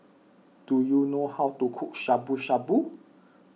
do you know how to cook Shabu Shabu